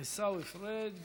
עיסאווי פריג'.